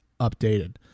updated